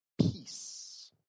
peace